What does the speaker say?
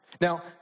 Now